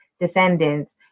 descendants